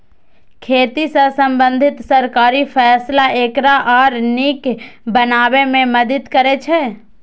खेती सं संबंधित सरकारी फैसला एकरा आर नीक बनाबै मे मदति करै छै